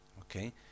Okay